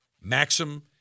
Maxim